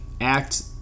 act